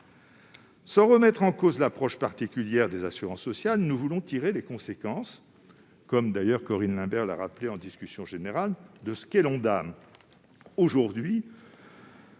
Sans remettre en cause l'approche particulière des assurances sociales, nous voulons tirer les conséquences, comme Corinne Imbert l'a d'ailleurs rappelé lors de la discussion générale, de ce qu'est l'Ondam aujourd'hui,